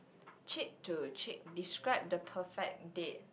cheek to cheek describe the perfect date